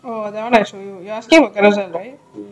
oh that one I show you you asking for telegram right